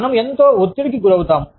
మనం ఎంతో ఒత్తిడికి గురిఅవుతాము